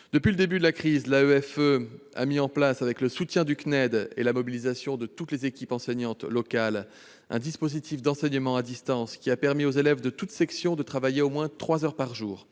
Depuis le début de la crise, l'AEFE a instauré, avec le soutien du CNED et la mobilisation de toutes les équipes enseignantes locales, un dispositif d'enseignement à distance, grâce auquel les élèves de toutes sections ont pu travailler au moins trois heures par jour